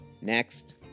Next